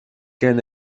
كان